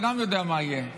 אתה גם יודע מה יהיה.